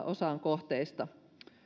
osaan kohteista